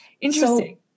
Interesting